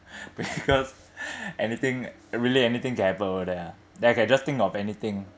because anything really anything can happen over there ah that I can just think of anything